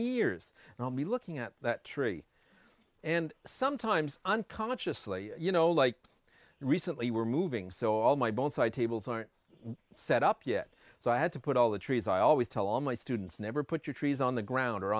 years and i'll be looking at that tree and sometimes unconsciously you know like recently we're moving so all my bones i tables aren't set up yet so i had to put all the trees i always tell my students never put your trees on the ground or